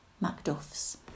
Macduff's